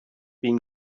been